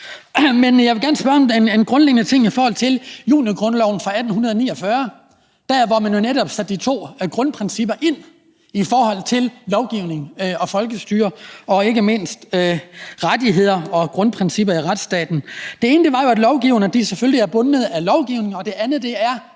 Men jeg vil gerne spørge om en grundlæggende ting i forhold til junigrundloven fra 1849, hvor man jo netop satte de to grundprincipper ind i forhold til lovgivningen og folkestyret og ikke mindst rettighederne og grundprincipperne i retsstaten. Det ene var jo, at lovgiverne selvfølgelig er bundet af lovgivningen, og det andet er,